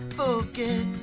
forget